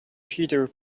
peter